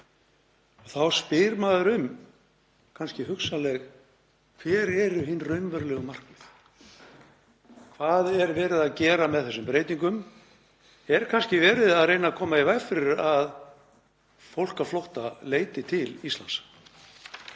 Þá spyr maður: Hver eru hin raunverulegu markmið? Hvað er verið að gera með þessum breytingum? Er kannski verið að reyna að koma í veg fyrir að fólk á flótta leiti til Íslands?